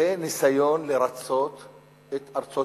זה ניסיון לרצות את ארצות-הברית,